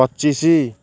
ପଚିଶି